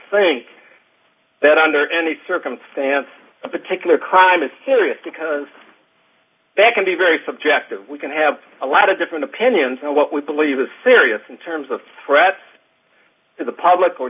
think that under any circumstance a particular crime is serious because they can be very subjective we can have a lot of different opinions and what we believe is serious in terms of threats to the public or